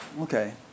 Okay